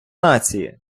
нації